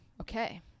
okay